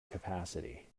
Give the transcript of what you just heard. capacity